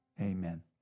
amen